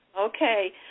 Okay